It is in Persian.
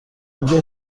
اونجا